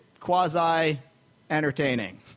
quasi-entertaining